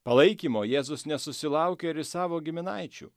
palaikymo jėzus nesusilaukia ir iš savo giminaičių